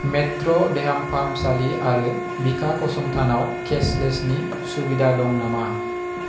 metro देहाफाहामसालि आरो बिखा फसंथानाव केसलेसनि सुबिदा दं नामा